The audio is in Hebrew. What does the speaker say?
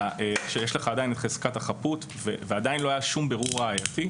כשיש עדיין את חזקת החפות ועדיין לא היה שום בירור ראייתי,